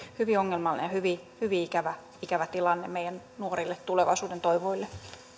hyvin ongelmallinen ja hyvin hyvin ikävä ikävä tilanne meidän nuorille tulevaisuuden toivoille